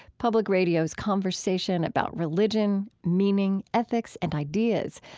public radio's conversation about religion, meaning, ethics, and ideas.